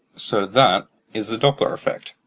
so that is the doppler effect.